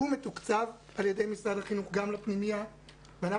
הוא מתוקצב על ידי משרד החינוך גם לפנימייה ואילו